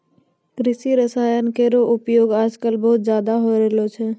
कृषि रसायन केरो उपयोग आजकल बहुत ज़्यादा होय रहलो छै